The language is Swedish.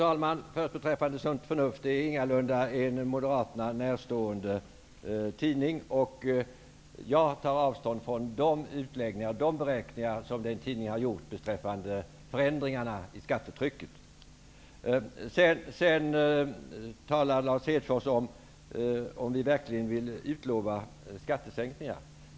Herr talman! Sunt Förnuft är ingalunda en Moderaterna närstående tidning, och jag tar avstånd från de beräkningar som den tidningen har gjort beträffande förändringarna i skattetrycket. Vidare frågar Lars Hedfors om vi verkligen vill utlova skattesänkningar.